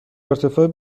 ارتفاع